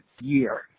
year